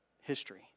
history